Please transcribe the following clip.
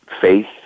faith